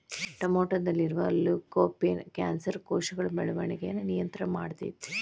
ಟೊಮೆಟೊದಲ್ಲಿರುವ lycopene cancer ಕೋಶಗಳ ಬೆಳವಣಿಗಯನ್ನ ನಿಯಂತ್ರಣ ಮಾಡ್ತೆತಿ